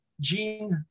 Gene